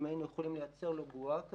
אם אנחנו יכולים לייצר לו בועה כזאת,